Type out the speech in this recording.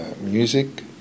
music